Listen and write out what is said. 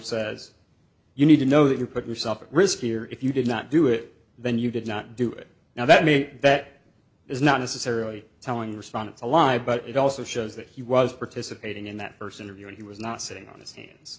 says you need to know that you put yourself at risk here if you did not do it then you did not do it now that may that is not necessarily telling respondents a lie but it also shows that he was participating in that first interview and he was not sitting on his hands